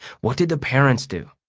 what did the parents do?